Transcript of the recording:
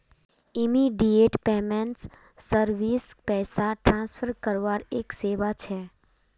immediate payment service पैसा transfer करवार एक सेवा छ